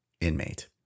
inmate